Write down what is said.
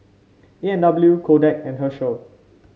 A and W Kodak and Herschel